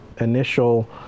initial